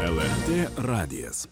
lrt radijas